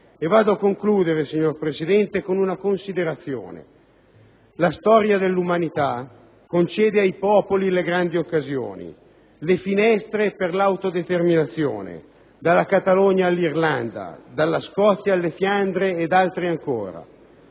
avvio a concludere, signor Presidente, con una considerazione. La storia dell'umanità concede ai popoli le grandi occasioni, le finestre per l'autodeterminazione, dalla Catalogna all'Irlanda, dalla Scozia alle Fiandre ed altre ancora.